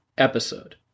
episode